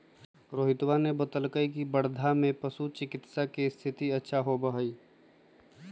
रोहितवा ने बतल कई की वर्धा में पशु चिकित्सा के स्थिति अच्छा होबा हई